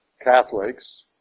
Catholics